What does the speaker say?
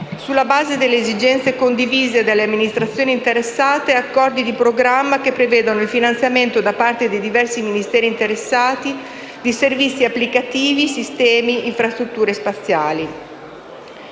sulla base delle esigenze condivise dalle amministrazioni interessate, accordi di programma che prevedano il finanziamento, da parte dei diversi Ministeri interessati, di servizi applicativi, sistemi e infrastrutture spaziali.